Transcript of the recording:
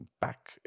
back